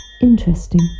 Interesting